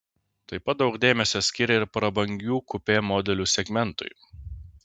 taip pat daug dėmesio skiria ir prabangių kupė modelių segmentui